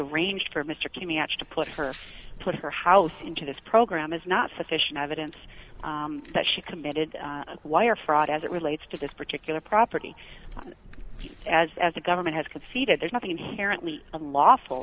arranged for mr cain matched to put her put her house into this program is not sufficient evidence that she committed wire fraud as it relates to this particular property as as the government has conceded there's nothing inherently a lawful